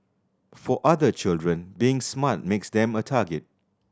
for other children being smart makes them a target